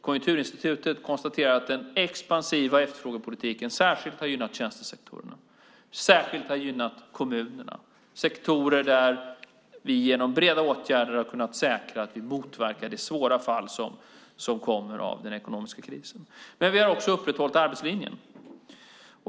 Konjunkturinstitutet konstaterar att den expansiva efterfrågepolitiken särskilt har gynnat tjänstesektorerna och kommunerna. Det är sektorer där vi genom breda åtgärder har kunnat säkra att vi motverkar det svåra fall som kommer av den ekonomiska krisen. Vi har också upprätthållit arbetslinjen.